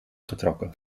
getrokken